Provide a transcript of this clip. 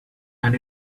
and